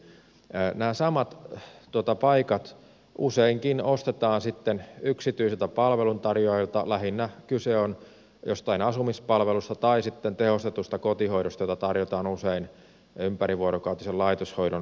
nämä samat paikat useinkin ostetaan sitten yksityisiltä palveluntarjoajilta lähinnä kyse on jostain asumispalvelusta tai sitten tehostetusta kotihoidosta jota tarjotaan usein ympärivuorokautisen laitoshoidon tilalle